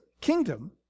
kingdom